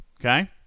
okay